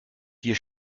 dir